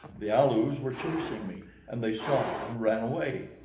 the alus were chasing me, and they saw and ran away.